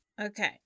Okay